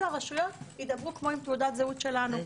הרשויות ידברו כמו עם תעודת זהות שלנו,